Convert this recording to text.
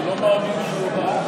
אני לא מאמין שהוא פעל בצביעות.